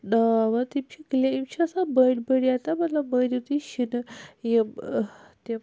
ناو تِم چھ گلے یِم چھ آسان بٔڑ بٔڑ مَطلَب مٲنِو تُہۍ شِنہٕ یِم اہ تِم